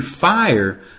fire